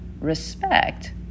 respect